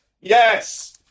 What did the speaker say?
Yes